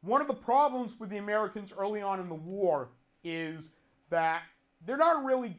one of the problems with the americans early on in the war is that there are really